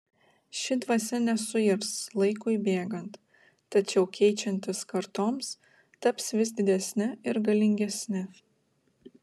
ši dvasia nesuirs laikui bėgant tačiau keičiantis kartoms taps vis didesne ir galingesne